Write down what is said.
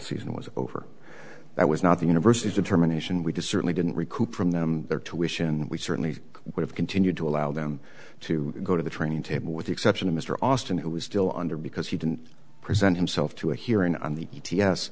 season was over that was not the university determination we discern we didn't recoup from them their tuition we certainly would have continued to allow them to go to the training table with the exception of mr austin who was still under because he didn't present himself to a hearing on the p t s